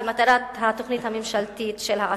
למטרת התוכנית הממשלתית של ה-10%.